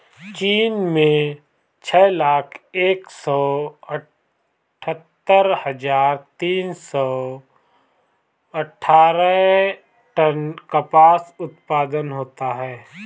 चीन में छह लाख एक सौ अठत्तर हजार तीन सौ अट्ठारह टन कपास उत्पादन होता है